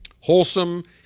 Wholesome